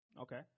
Okay